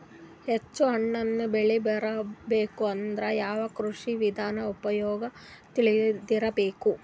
ಹೆಚ್ಚು ಹಣ್ಣನ್ನ ಬೆಳಿ ಬರಬೇಕು ಅಂದ್ರ ಯಾವ ಕೃಷಿ ವಿಧಾನ ಉಪಯೋಗ ತಿಳಿದಿರಬೇಕು?